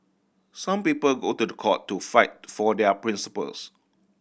some people go to the court to fight for their principles